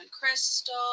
Crystal